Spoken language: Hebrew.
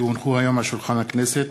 כי הונחו היום על שולחן הכנסת,